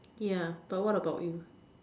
yeah but what about you